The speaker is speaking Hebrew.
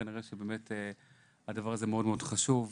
כנראה שהדבר באמת חשוב.